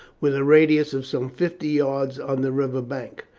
with a radius of some fifty yards, on the river bank.